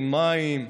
אין מים,